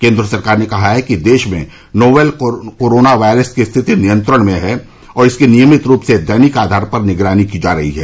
केन्द्र सरकार ने कहा है कि देश में नोवेल कोरोना वायरस की स्थिति नियंत्रण में है और इसकी नियमित रूप से दैनिक आधार पर निगरानी की जा रही है